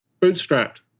Bootstrapped